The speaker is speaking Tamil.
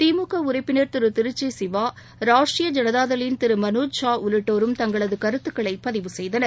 திமுக உறுப்பினர் திருச்சி சிவா ராஷ்ட்டிரீய ஜனதாதள் லின் திரு மனோஜ் ஜா உள்ளிட்டோரும் தங்களது கருத்துக்களை பதிவு செய்தனர்